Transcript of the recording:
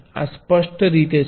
આ સ્પષ્ટ રીતે છે